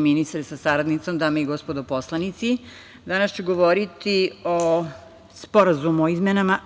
ministre sa saradnicom, dame i gospodo poslanici, danas ću govoriti o Sporazumu o izmenama